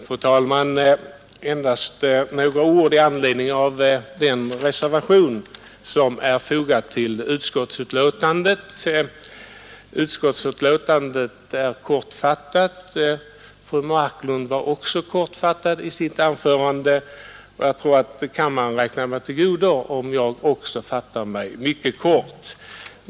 Fru talman! Endast några ord i anledning av den reservation som är fogad till utskottsbetänkandet. Betänkandet är kortfattat, fru Marklund var också kortfattad i sitt anförande, och jag tror att kammaren räknar mig till godo om även jag fattar mig mycket kort.